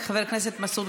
שיעור א', ראשון.